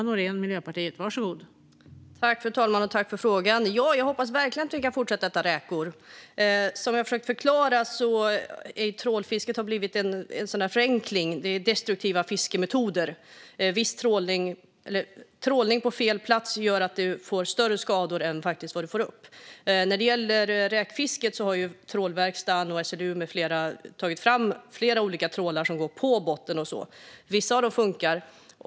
Fru talman! Ja, jag hoppas verkligen att vi kan fortsätta att äta räkor. Som jag har försökt förklara har trålfisket blivit en förenkling. Det är en destruktiv fiskemetod. Trålning på fel plats gör att man får större skador än vad som motsvarar det som man får upp. När det gäller räkfisket har trålverkstaden, SLU med flera tagit fram flera olika trålar som går på botten. Vissa av dem funkar.